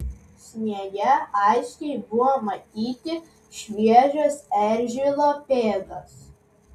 sniege aiškiai buvo matyti šviežios eržilo pėdos